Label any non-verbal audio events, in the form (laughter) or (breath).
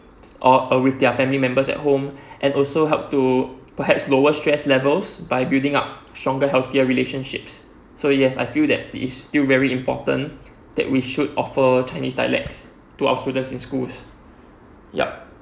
or uh with their family members at home (breath) and also help to perhaps lower stress levels by building up stronger healthier relationships so yes I feel that it is still very important (breath) that we should offer chinese dialects to our students in schools yup